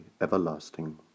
everlasting